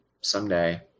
Someday